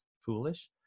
foolish